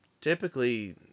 typically